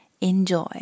enjoy